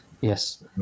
Yes